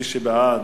מי שבעד,